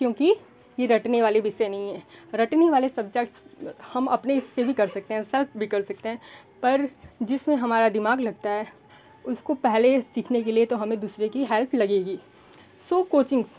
क्योंकि यह रटने वाले विषय नहीं हैं रटने वाले सब्जेक्ट्स हम अपने हिस्से भी कर सकते हैं सेल्फ भी कर सकते हैं पर जिसमें हमारा दिमाग लगता है उसको पहले सीखे के लिए तो हमें दूसरे की हेल्प लगेगी सो कोचिंग्स